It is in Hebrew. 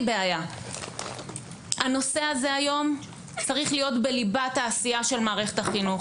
בעיה: הנושא הזה היום צריך להיות בליבת העשייה של מערכת החינוך.